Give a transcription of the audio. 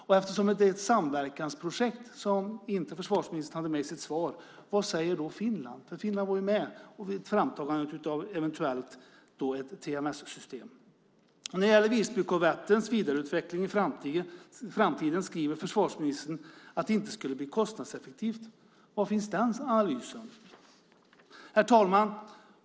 Och eftersom det är ett samverkansprojekt, något som inte försvarsministern har med i sitt svar: Vad säger då Finland? Finland var ju med vid framtagandet av ett eventuellt TMS-system. När det gäller Visbykorvettens utveckling i framtiden skriver försvarsministern att det inte skulle bli kostnadseffektivt. Var finns den analysen? Herr talman!